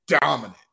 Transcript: dominant